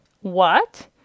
What